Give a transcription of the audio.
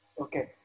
Okay